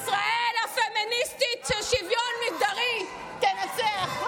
ישראל הפמיניסטית של שוויון מגדרי תנצח.